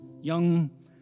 young